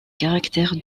caractère